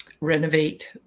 renovate